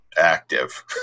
active